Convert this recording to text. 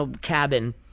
cabin